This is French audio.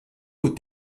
aux